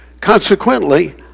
Consequently